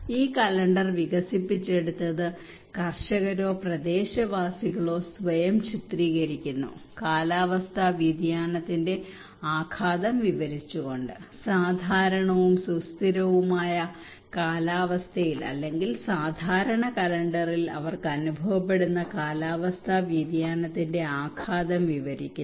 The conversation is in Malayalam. ഈ കലണ്ടർ വികസിപ്പിച്ചെടുത്തത് കർഷകരോ പ്രദേശവാസികളോ സ്വയം ചിത്രീകരിക്കുന്നു കാലാവസ്ഥാ വ്യതിയാനത്തിന്റെ ആഘാതം വിവരിച്ചുകൊണ്ട് സാധാരണവും സുസ്ഥിരവുമായ കാലാവസ്ഥയിൽ അല്ലെങ്കിൽ സാധാരണ കലണ്ടറിൽ അവർക്ക് അനുഭവപ്പെടുന്ന കാലാവസ്ഥാ വ്യതിയാനത്തിന്റെ ആഘാതം വിവരിക്കുന്നു